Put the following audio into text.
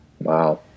Wow